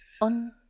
On